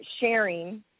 sharing